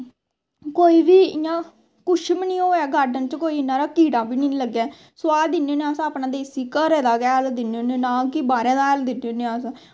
कोई बी इयां कुछ बी नी होऐ गार्डन च कोई इन्ना हारा कीड़ा बी नी लग्गै सोहा दिन्ने होन्ने अस अपने घरे दा गै हैल दिन्ने होन्ने ना कि बाह्रे दा हैल दिन्ने होन्ने